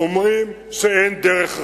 אומרים שאין דרך אחרת.